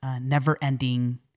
never-ending